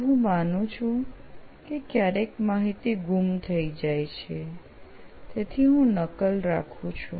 તો હું માનું છું કે ક્યારેક માહિતી ગમ થઇ જાય છે તેથી હું નકલ રાખું છું